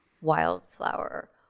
wildflower